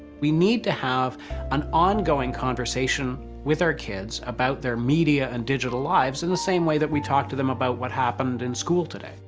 we need to have an ongoing conversation with our kids about their media and digital lives in the same way that we talk to them about what happened in school today.